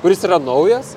kuris yra naujas